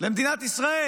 למדינת ישראל